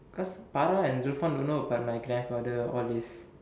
because Farah and Zulfan don't know about my grandfather and all this